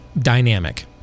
dynamic